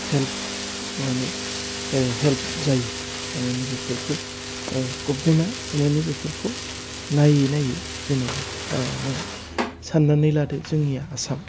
help मानि help जायो मानि बेफोरखौ ओह गभमेन्टया मानि बेफोरखौ नायै नायै जेनबा नों साननानै लादो जोंनि आसाम